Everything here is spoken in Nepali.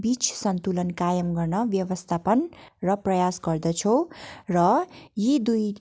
बिच सन्तुलन कायम गर्न व्यवस्थापन र प्रयास गर्दछु र यी दुई